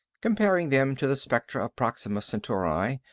comparing them to the spectra of proxima centauri.